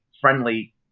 friendly